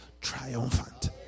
triumphant